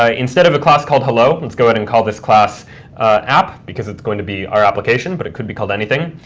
ah instead of a class called hello, let's go out and call this class app, because it's going to be our application, but it could be called anything.